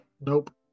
Nope